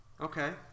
Okay